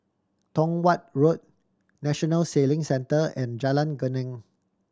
Tong Watt Road National Sailing Centre and Jalan Geneng